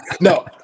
No